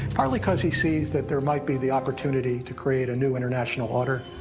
partly because he sees that there might be the opportunity to create a new international order.